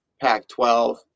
Pac-12